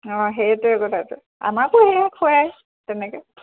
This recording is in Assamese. অঁ সেইটোৱে কথাটো আমাকো সেই খুৱাই তেনেকৈ